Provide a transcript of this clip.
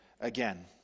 again